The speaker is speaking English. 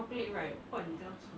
the company is going to give me